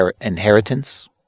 inheritance